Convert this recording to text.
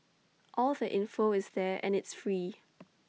all the info is there and it's free